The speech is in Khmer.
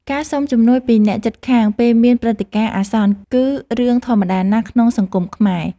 ការសុំជំនួយពីអ្នកជិតខាងពេលមានព្រឹត្តិការណ៍អាសន្នគឺរឿងធម្មតាណាស់ក្នុងសង្គមខ្មែរ។